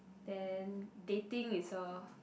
then dating is a